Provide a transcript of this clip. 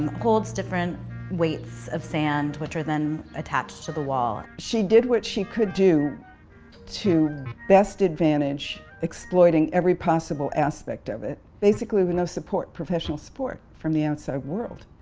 and holds different weights of sand which are then attached to the wall. she did what she could do to best advantage exploiting every possible aspect of it. basically we now support professional sport from the outside world.